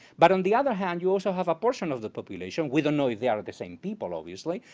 but on the other hand, you also have a portion of the population, we don't know if they are the same people obviously,